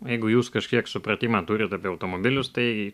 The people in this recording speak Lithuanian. jeigu jūs kažkiek supratimą turit labiau automobilius tai